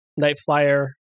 Nightflyer